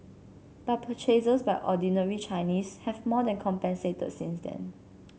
but purchases by ordinary Chinese have more than compensated since then